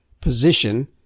position